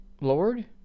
Lord